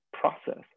process